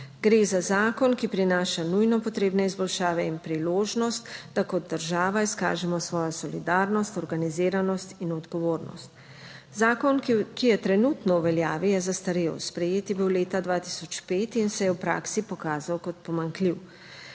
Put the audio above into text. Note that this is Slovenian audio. Gre za zakon, ki prinaša nujno potrebne izboljšave in priložnost, da kot država izkažemo svojo solidarnost, organiziranost in odgovornost. Zakon, ki je trenutno v veljavi, je zastarel, sprejet je bil leta 2005 in se je v praksi pokazal kot pomanjkljiv.